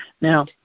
Now